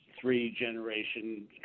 three-generation